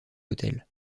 autel